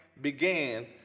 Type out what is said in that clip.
began